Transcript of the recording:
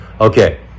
Okay